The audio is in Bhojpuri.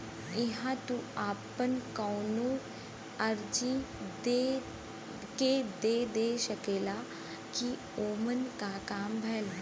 इहां तू आपन कउनो अर्जी के देख सकेला कि ओमन क काम भयल